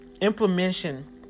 implementation